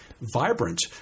vibrant